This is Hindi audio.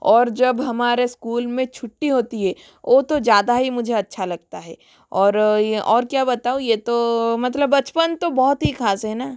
और जब हमारे स्कूल में छुट्टी होती है वह तो ज़्यादा ही मुझे अच्छा लगता है और यह और क्या बताऊँ यह तो मतलब बचपन तो बहुत ही ख़ास है न